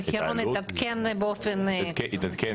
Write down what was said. המחירון התעדכן באופן --- התעדכן